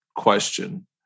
question